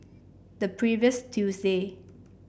the previous Tuesday